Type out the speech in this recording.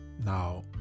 now